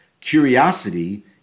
Curiosity